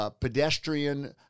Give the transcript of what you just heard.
Pedestrian